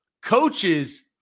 Coaches